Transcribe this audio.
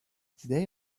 they